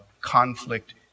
conflict